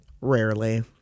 Rarely